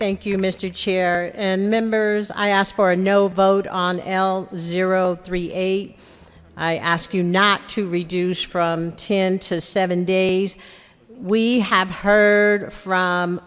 thank you mister chair and members i asked for a no vote on l three eight i asked you not to reduce from ten to seven days we have heard from